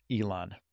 Elon